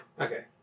Okay